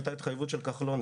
הייתה התחייבות של השר כחלון,